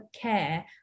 care